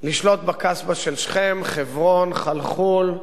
לשלוט בקסבה של שכם, חברון, חלחול,